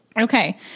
Okay